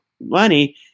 money